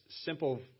simple